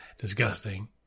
disgusting